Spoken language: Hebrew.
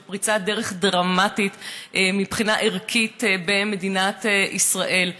שהוא פריצת דרך דרמטית מבחינה ערכית במדינת ישראל,